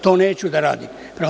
To neću da radim.